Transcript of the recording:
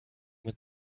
mit